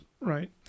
Right